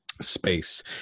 space